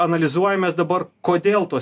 analizuojam mes dabar kodėl tuos